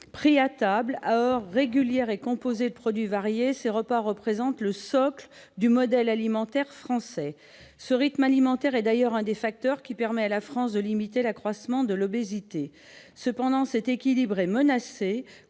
Pris à table, à heures régulières, et composés de produits variés, ces repas représentent le socle du modèle alimentaire français. Ce rythme alimentaire est d'ailleurs l'un des facteurs qui permettent à la France de limiter l'accroissement de l'obésité dans la population. Cependant, cet équilibre est menacé,